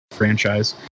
franchise